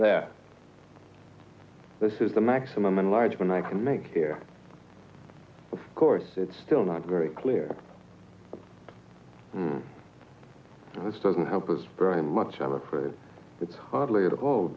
that this is the maximum enlargement i can make here of course it's still not very clear and this doesn't help us very much i'm afraid it's hardly at all